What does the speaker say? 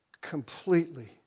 completely